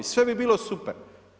Sve bi bilo super.